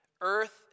earth